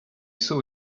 saw